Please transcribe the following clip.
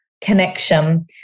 connection